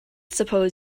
suppose